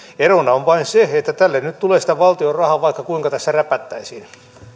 erona on vain se että tälle nyt tulee sitä valtion rahaa vaikka kuinka tässä räpättäisiin